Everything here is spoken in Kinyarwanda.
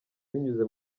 binyuze